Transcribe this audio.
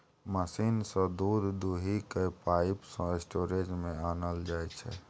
machine सँ दुध दुहि कए पाइप सँ स्टोरेज मे आनल जाइ छै